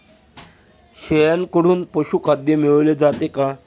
शेळ्यांकडून पशुखाद्य मिळवले जाते का?